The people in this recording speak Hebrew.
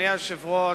אדוני היושב-ראש,